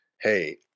hey